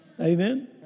Amen